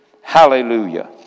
Hallelujah